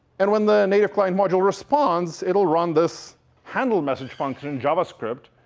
and when the native client module responds, it'll run this handle message function in javascript.